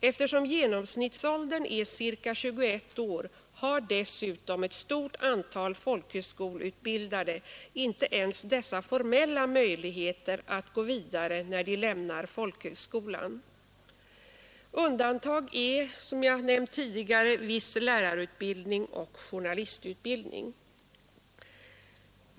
Eftersom genomsnittsåldern är ca 21 år har dessutom ett stort antal folkhögskoleutbildade inte ens dessa formella möjligheter att gå vidare när de lämnar folkhögskolan.” Undantagen är, som jag nämnt tidigare, viss lärarutbildning och journalistutbildning.